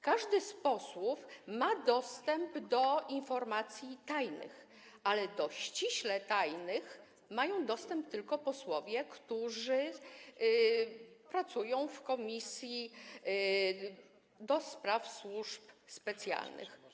Każdy z posłów ma dostęp do informacji tajnych, ale do ściśle tajnych mają dostęp tylko posłowie, którzy pracują w Komisji do Spraw Służb Specjalnych.